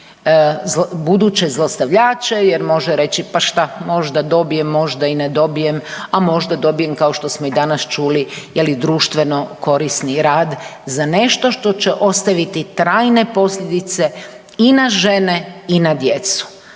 buduće zlostavljače jer može reći, pa šta, možda dobijem, možda i ne dobijem, a možda dobijem kao što smo i danas čuli, je li, društveno korisni rad za nešto što će ostaviti trajne posljedice i na žene i na djecu.